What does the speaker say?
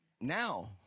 now